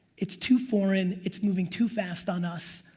it's too foreign, it's moving too fast on us,